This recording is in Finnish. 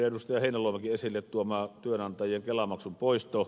heinäluomankin esille tuoma työnantajien kelamaksun poisto